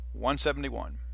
171